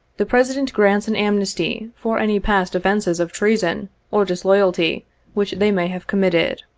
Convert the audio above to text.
the president grants an amnesty for any past offences of treason or disloyalty which they may have committed.